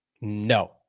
No